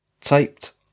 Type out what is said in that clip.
taped